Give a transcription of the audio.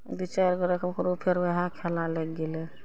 दू चारि बरख ओकरो फेर वएह खेला लागि गेलय